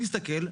מסתכל,